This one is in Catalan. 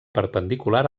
perpendicular